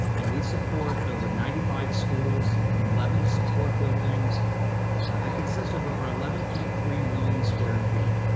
and we support over ninety five schools, eleven support buildings that consists of over eleven point three million square feet,